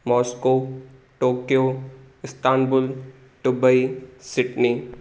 Moscow Tokyo Istanbul Dubai Sydney